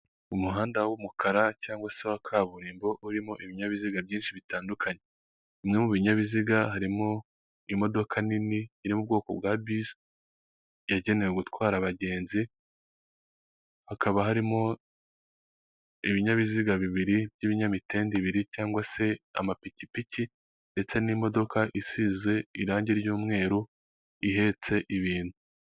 Umuhanda w'umukara cyangwa se wa kaburimbo urimo ibinyabiziga byinshi bitandukanye no mu binyabiziga harimo imodoka nini iri mu bwoko bwa bisi yagenewe gutwara abagenzi hakaba harimo ibinyabiziga bibiri by'ibinyamitendebiri cyangwa se amapikipiki ndetse n'imodoka isize irangi ry'umweru ihetse ibintu.